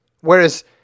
whereas